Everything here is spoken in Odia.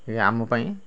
ଆମ ପାଇଁ